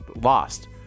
lost